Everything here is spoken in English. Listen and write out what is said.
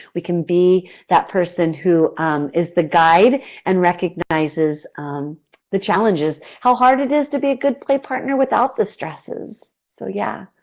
we can be that person who um is the guide and recognizes the challenges how hard it is to be a good play partner without the stresses. so, yeah,